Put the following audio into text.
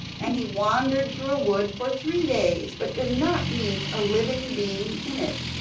and he wandered through a wood for three days but did not meet a living being in it.